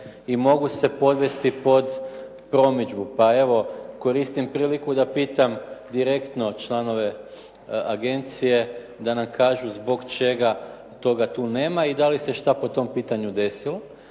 i mogu se podvesti pod promidžbu, pa evo koristim priliku da pitam direktno članove agencije da nam kažu zbog čega toga tu nema i da li se što po tom pitanju desilo.